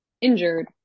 injured